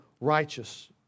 righteous